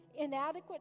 Inadequate